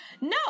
No